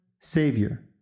savior